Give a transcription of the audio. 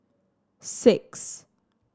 six